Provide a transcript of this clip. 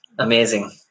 Amazing